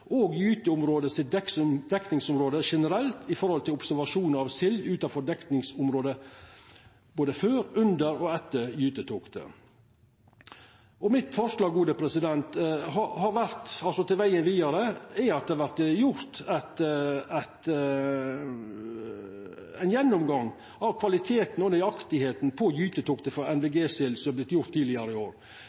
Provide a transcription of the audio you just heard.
og dekningsområdet til gyteområdet generelt, knytt til observasjonar av sild utanfor dekningsområdet både før, under og etter gytetoktet. Mitt forslag til vegen vidare er at det vert gjort ein gjennomgang av kvaliteten og nøyaktigheita på gytetoktet som er gjort for NVG-sild tidlegare i år,